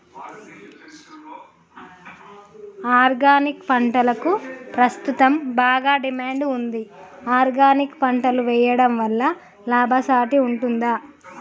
Organic పంటలకు ప్రస్తుతం బాగా డిమాండ్ ఉంది ఆర్గానిక్ పంటలు వేయడం వల్ల లాభసాటి ఉంటుందా?